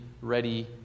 ready